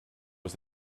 was